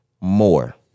more